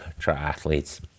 triathletes